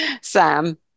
Sam